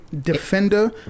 defender